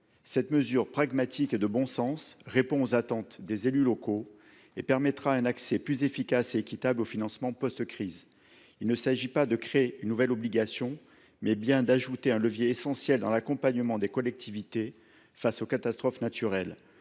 Cette mesure pragmatique et de bon sens répond aux attentes des élus locaux et permettra un accès plus efficace et équitable aux financements post crise. Il s’agit non pas de créer une nouvelle obligation, mais bien d’ajouter un levier essentiel dans l’accompagnement des collectivités face aux catastrophes naturelles.